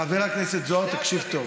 חבר הכנסת זוהר, תקשיב טוב: